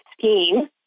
scheme